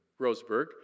Roseburg